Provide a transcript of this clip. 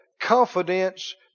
Confidence